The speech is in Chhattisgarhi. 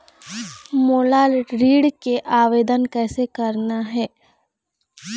मोला ऋण के आवेदन कैसे करना हे?